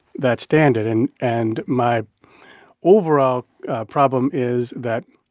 that standard. and and my overall problem is that